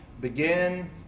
begin